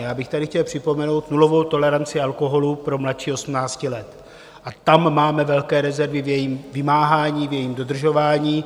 Chtěl bych tady připomenout nulovou toleranci alkoholu pro mladší 18 let a tam máme velké rezervy v jejím vymáhání, v jejím dodržování.